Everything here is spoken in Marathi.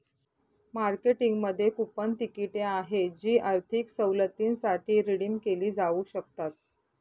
मार्केटिंगमध्ये कूपन तिकिटे आहेत जी आर्थिक सवलतींसाठी रिडीम केली जाऊ शकतात